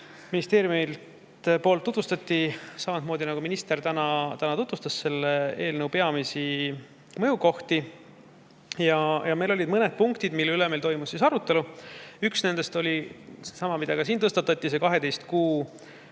ministeeriumi poolt [eelnõu] tutvustati, samamoodi nagu minister täna tutvustas selle eelnõu peamisi mõjukohti. Olid mõned punktid, mille üle toimus arutelu. Üks nendest oli seesama, mis ka siin tõstatati, see 12 kuu